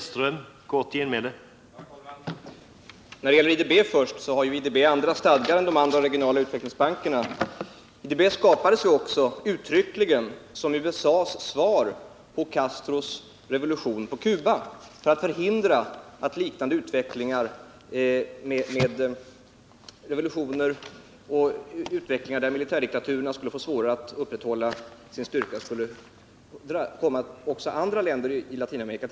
Herr talman! Vad först gäller IDB, så har denna bank andra stadgar än de övriga regionala utvecklingsbankerna. IDR skapades ju också uttryckligen som USA:s svar på Fidel Castros revolution på Cuba för att förhindra att en liknande utveckling med revolutioner som kunde medföra att militärdiktaturerna skulle få svårare att upprätthålla sin makt skulle kunna uppstå i andra länder i Latinamerika.